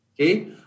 okay